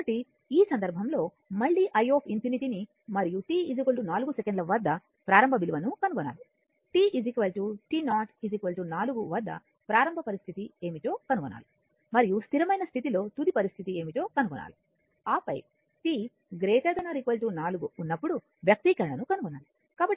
కాబట్టి ఆ సందర్భంలో మళ్ళీ i∞ ని మరియు t 4 సెకను వద్ద ప్రారంభ విలువను కనుగొనాలి t t0 4 వద్ద ప్రారంభ పరిస్థితి ఏమిటో కనుగొనాలి మరియు స్థిరమైన స్థితిలో తుది పరిస్థితి ఏమిటో కనుగొనాలి ఆపై t ≥ 4 ఉన్నప్పుడు వ్యక్తీకరణను కనుగొనాలి